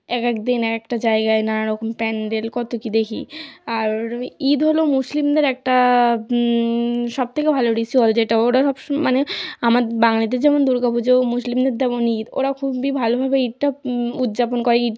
এক একদিন এক একটা জায়গায় নানা রকম প্যান্ডেল কত কি দেখি আর ওরকমই ঈদ হলো মুসলিমদের একটা সবথেকে ভালো রিচ্যুয়াল যেটা ওরা সব সময় মানে আমার বাঙালিদের যেমন দুর্গা পুজো মুসলিমদের তেমন ঈদ ওরাও খুবই ভালোভাবে ঈদটা উজ্জাপন করে ঈদ